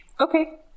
Okay